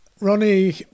Ronnie